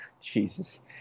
Jesus